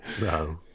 no